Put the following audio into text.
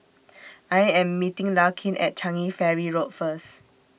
I Am meeting Larkin At Changi Ferry Road First